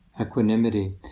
equanimity